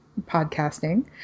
podcasting